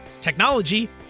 technology